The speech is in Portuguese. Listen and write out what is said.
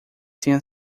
tenha